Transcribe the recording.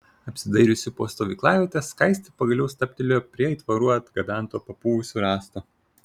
apsidairiusi po stovyklavietę skaistė pagaliau stabtelėjo prie aitvarų atgabento papuvusio rąsto